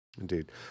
Indeed